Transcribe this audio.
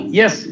yes